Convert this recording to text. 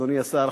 אדוני השר,